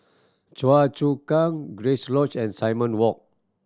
Choa Chu Kang Grace Lodge and Simon Walk